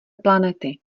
planety